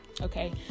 Okay